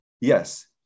Yes